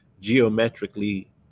geometrically